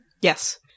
Yes